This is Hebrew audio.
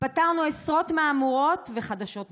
פתרנו עשרות מהמורות וחדשות נוספו,